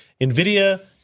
NVIDIA